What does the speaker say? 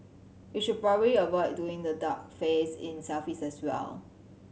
you should probably avoid doing the duck face in selfies as well